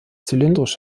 zylindrisch